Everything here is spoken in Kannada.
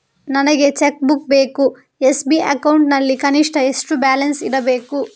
ನನಗೆ ಚೆಕ್ ಬುಕ್ ಬೇಕು ಎಸ್.ಬಿ ಅಕೌಂಟ್ ನಲ್ಲಿ ಕನಿಷ್ಠ ಎಷ್ಟು ಬ್ಯಾಲೆನ್ಸ್ ಇರಬೇಕು?